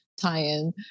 tie-in